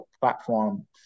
platform